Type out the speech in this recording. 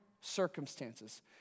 circumstances